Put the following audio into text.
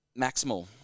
maximal